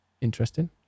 interesting